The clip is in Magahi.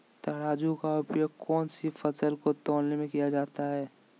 तराजू का उपयोग कौन सी फसल को तौलने में किया जाता है?